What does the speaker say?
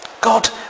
God